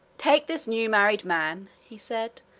take this new-married man, he said,